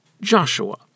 Joshua